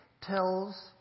tells